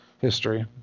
history